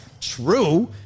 true